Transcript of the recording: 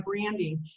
branding